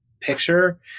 picture